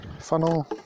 funnel